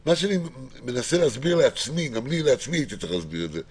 מה שאני מסביר לעצמי וגם לך זה שזאת